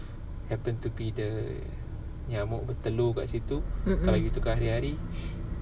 mm mm